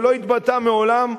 ולא התבטא מעולם,